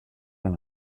den